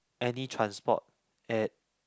any transport at